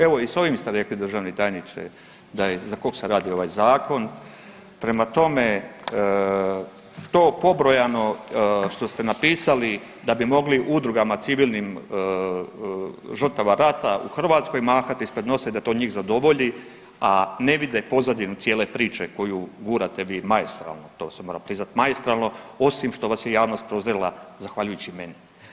Evo i s ovim ste rekli državni tajniče za kog se radi ovaj zakon, prema tome to pobrojano što ste napisali da bi mogli udrugama civilnih žrtava rata u Hrvatskoj mahati ispred nosa i da to njih zadovolji, a ne vide pozadinu cijele priče koju gurate vi maestralno, to se mora priznat, maestralno, osim što vas je javnost prozrela zahvaljujući meni.